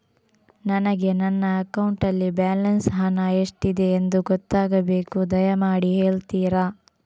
ನನಗೆ ನನ್ನ ಅಕೌಂಟಲ್ಲಿ ಬ್ಯಾಲೆನ್ಸ್ ಹಣ ಎಷ್ಟಿದೆ ಎಂದು ಗೊತ್ತಾಗಬೇಕು, ದಯಮಾಡಿ ಹೇಳ್ತಿರಾ?